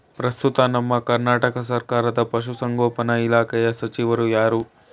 ಪ್ರಸ್ತುತ ನಮ್ಮ ಕರ್ನಾಟಕ ಸರ್ಕಾರದ ಪಶು ಸಂಗೋಪನಾ ಇಲಾಖೆಯ ಸಚಿವರು ಯಾರು?